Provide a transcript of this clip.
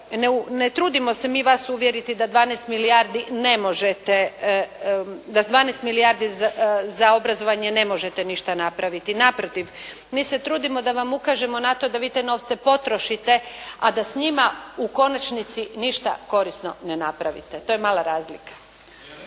ne možete, da s 12 milijardi za obrazovanje ne možete ništa napraviti. Naprotiv, mi se trudimo da vam ukažemo na to da vi te novce potrošite a da s njima u konačnici ništa korisno ne napravite. To je mala razlika.